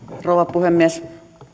puhemies